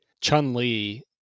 Chun-Li